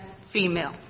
female